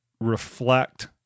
reflect